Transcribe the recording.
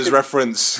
reference